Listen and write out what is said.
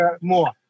More